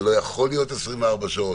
זה לא יכול להיות 24 שעות,